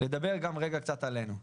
נדבר רגע גם עלינו.